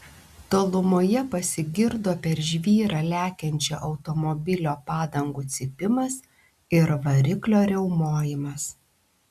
tolumoje pasigirdo per žvyrą lekiančio automobilio padangų cypimas ir variklio riaumojimas